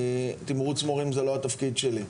תמרוץ מורים זה לא התפקיד שלה.